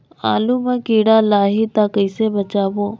आलू मां कीड़ा लाही ता कइसे बचाबो?